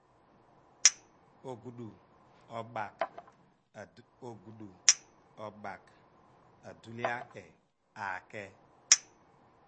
Ogudu, obagh, adu ogadu, obagh aduhle aake, aake.